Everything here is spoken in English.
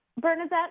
Bernadette